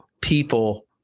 people